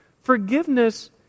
forgiveness